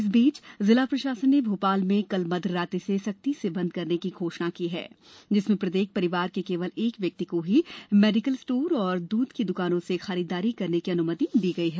इस बीच जिला प्रशासन ने भोपाल में कल मध्यरात्रि से सख्ती से बंद करने की घोषणा की है जिसमें प्रत्येक परिवार के केवल एक व्यक्ति को मेडिकल स्टोर और द्रध की द्रकानों से खरीदारी करने की अन्मति दी गई है